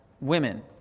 women